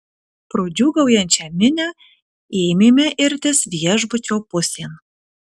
pro džiūgaujančią minią ėmėme irtis viešbučio pusėn